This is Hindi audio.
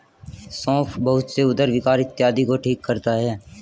सौंफ बहुत से उदर विकार इत्यादि को ठीक करता है